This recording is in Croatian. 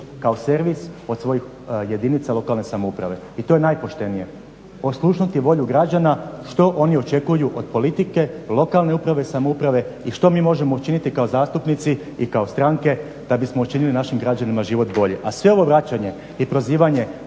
kao servis od svojih jedinica lokalne samouprave. I to je najpoštenije. Oslušnuti volju građana što oni očekuju od politike, lokalne uprave, samouprave i što mi možemo učiniti kao zastupnici i kao stranke da bismo učinili našim građanima život boljim. A sve ovo vraćanje i prozivanje